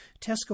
Tesco